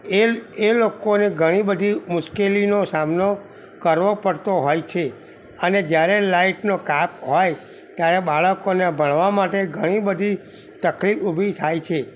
એ એ લોકોને ઘણી બધી મુશ્કેલીનો સામનો કરવો પડતો હોય છે અને જ્યારે લાઇટનો કાપ હોય ત્યારે બાળકોને ભણવા માટે ઘણી બધી તકલીફ ઊભી થાય છે